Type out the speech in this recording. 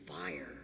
fire